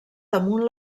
damunt